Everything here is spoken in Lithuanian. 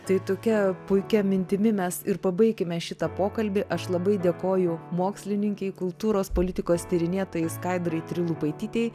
tai tokia puikia mintimi mes ir pabaikime šitą pokalbį aš labai dėkoju mokslininkei kultūros politikos tyrinėtojai skaidrai trilupaitytei